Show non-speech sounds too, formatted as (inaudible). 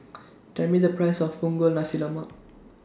(noise) Tell Me The Price of Punggol Nasi Lemak